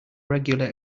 regular